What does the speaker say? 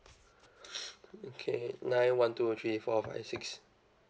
okay nine one two three four five six